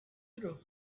through